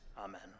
Amen